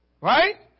right